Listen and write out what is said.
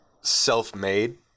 self-made